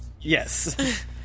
Yes